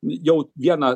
jau vieną